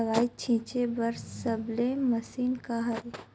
दवाई छिंचे बर सबले मशीन का हरे?